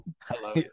Hello